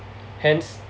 hence